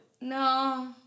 No